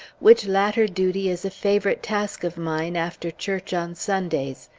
which latter duty is a favorite task of mine after church on sundays.